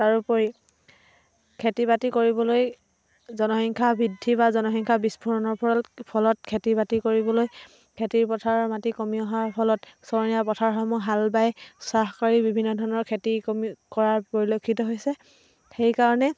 তাৰ উপৰি খেতি বাতি কৰিবলৈ জনসংখ্য়া বৃদ্ধি বা জনসংখ্য়া বিস্ফোৰণৰ ফল ফলত খেতি বাতি কৰিবলৈ খেতিৰ পথাৰৰ মাটি কমি অহাৰ ফলত চৰণীয়া পথাৰসমূহ হাল বাই চাহ কৰি বিভিন্ন ধৰণৰ খেতি কমি কৰাৰ পৰিলক্ষিত হৈছে সেইকাৰণে